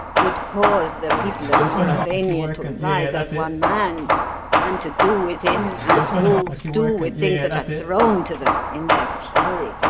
would cause the people of mauravania to rise as one man and to do with him as wolves do with things that are thrown to them in their fury.